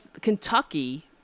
Kentucky